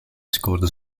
scoorde